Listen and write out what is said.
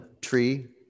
Tree